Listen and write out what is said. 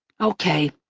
okay,